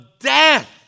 death